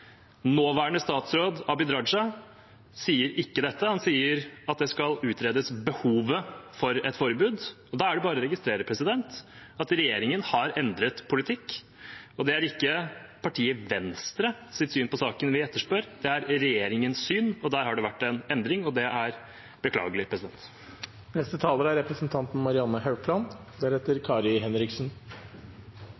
Nåværende statsråd, Abid Q. Raja, sier ikke dette – han sier at det skal utredes behovet for et forbud. Da er det bare å registrere at regjeringen har endret politikk. Det er ikke partiet Venstres syn på saken vi etterspør, det er regjeringens syn. Der har det vært en endring, og det er beklagelig. Denne regjeringens likestillingspolitikk er